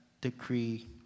decree